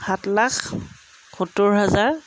সাত লাখ সত্তৰ হাজাৰ